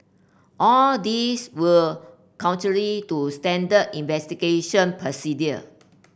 all these were contrary to standard investigation procedure